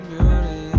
Beauty